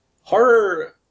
horror